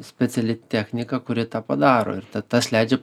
speciali technika kuri tą padaro ir ta tas leidžia